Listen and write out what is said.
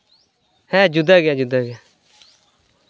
ᱦᱮᱸ ᱡᱩᱫᱟᱹ ᱜᱮᱭᱟ ᱡᱩᱫᱟᱹ ᱜᱮᱭᱟ